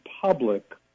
public